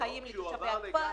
ושפוגע באיכות החיים של תושבי הכפר.